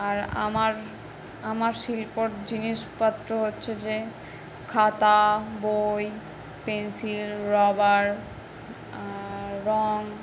আর আমার আমার শিল্পর জিনিসপত্র হচ্ছে যে খাতা বই পেনসিল রাবার রঙ